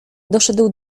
doszedł